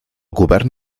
govern